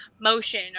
motion